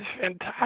fantastic